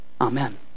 Amen